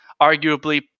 arguably